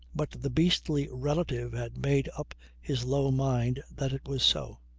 but the beastly relative had made up his low mind that it was so.